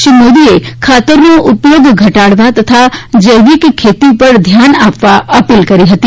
શ્રી મોદીએ ખાતરનો ઉપયોગ ઘટાડવા તથા જૈવીક ખેતી ઉપર ધ્યાન આપવા અપીલ કરી હતી